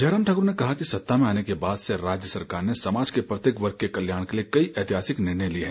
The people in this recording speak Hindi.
जयराम ठाकर ने कहा कि सत्ता में आने के बाद से राज्य सरकार ने समाज के प्रत्येक वर्ग के कल्याण के लिए कई ऐतिहासिक निर्णय लिए हैं